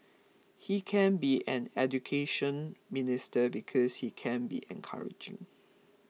he can be an Education Minister because he can be encouraging